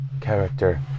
Character